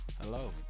Hello